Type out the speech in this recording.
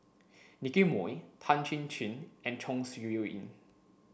Nicky Moey Tan Chin Chin and Chong Siew Ying